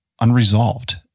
unresolved